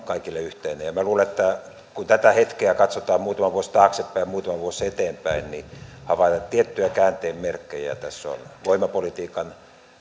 kaikille yhteinen minä luulen että kun tätä hetkeä katsotaan muutama vuosi taaksepäin muutama vuosi eteenpäin niin havaitaan että tiettyjä käänteen merkkejä tässä on voimapolitiikan